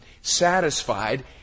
satisfied